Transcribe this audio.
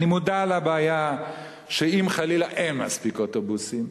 אני מודע לבעיה שאם חלילה אין מספיק אוטובוסים,